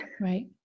Right